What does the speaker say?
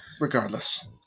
regardless